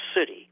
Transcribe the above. city